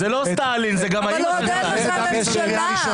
אבל עוד אין לך ממשלה.